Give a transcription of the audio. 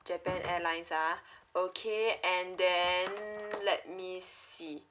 japan airlines ah okay and then let me see